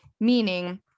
meaning